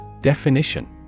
Definition